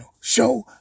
Show